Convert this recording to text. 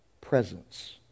presence